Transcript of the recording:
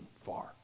far